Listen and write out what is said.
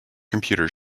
computer